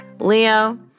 Leo